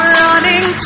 running